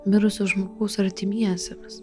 mirusio žmogaus artimiesiems